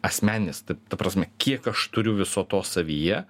asmeninis ta ta prasme kiek aš turiu viso to savyje